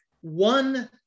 one